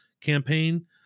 campaign